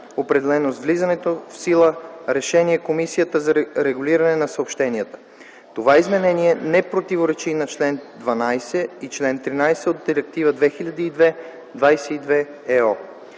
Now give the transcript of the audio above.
определено с влязло в сила решение на Комисията за регулиране на съобщенията. Това изменение не противоречи на чл. 12 и 13 от Директива 2002/22/ЕО.